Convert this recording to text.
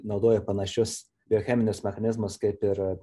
naudoja panašius biocheminius mechanizmus kaip ir